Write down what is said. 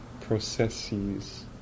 processes